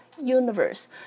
universe